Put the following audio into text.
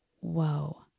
Whoa